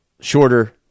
shorter